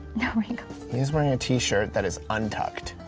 no wrinkles. he is wearing a t-shirt that is untucked.